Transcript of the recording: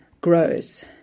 grows